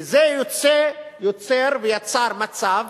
כי זה יוצר ויצר מצב